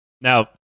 Now